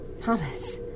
Thomas